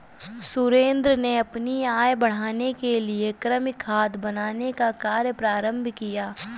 सुरेंद्र ने अपनी आय बढ़ाने के लिए कृमि खाद बनाने का कार्य प्रारंभ किया